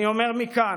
אני אומר מכאן: